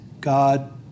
God